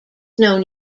known